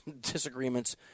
disagreements